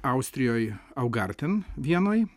austrijoj augarten vienoj